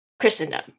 Christendom